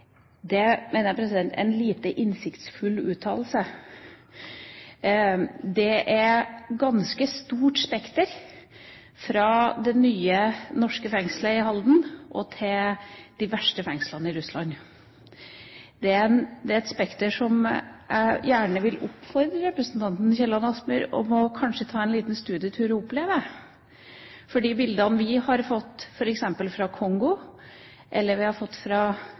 Det mener jeg er en lite innsiktsfull uttalelse. Det er et ganske stort spekter fra det nye norske fengselet i Halden og til de verste fengslene i Russland. Det er et spekter som gjør at jeg gjerne vil oppfordre representanten Kielland Asmyhr til kanskje å ta en liten studietur og oppleve det. For de bildene vi har fått fra f.eks. Kongo eller